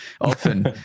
often